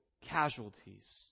casualties